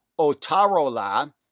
Otarola